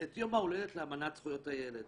את יום ההולדת לאמנת זכויות הילד.